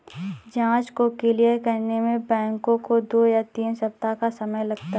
जाँच को क्लियर करने में बैंकों को दो या तीन सप्ताह का समय लगता है